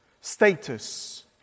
Status